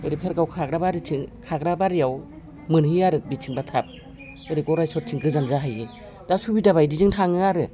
ओरै भेरगाव खाग्राबारिथिं खाग्राबारियाव मोनहैयो आरो बिथिंब्ला थाब ओरै गरायसरथिं गोजान जाहैयो दा सुबिदाबायदिजों थाङो आरो